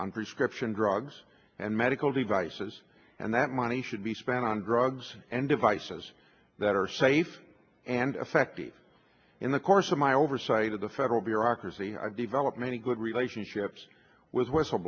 on prescription drugs and medical devices and that money should be spent on drugs and devices that are safe and effective in the course of my oversight of the federal bureaucracy i develop many good relationships with whistle